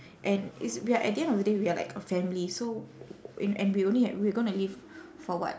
and it's we are at the end of the day we are like a family so in and we only h~ we're gonna live for what